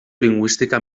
lingüística